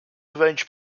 arranged